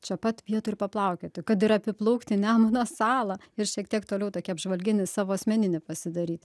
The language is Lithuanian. čia pat vietoj ir paplaukioti kad ir apiplaukti nemuno salą ir šiek tiek toliau tokį apžvalginį savo asmeninį pasidaryti